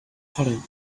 pudding